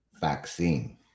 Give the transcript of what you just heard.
vaccine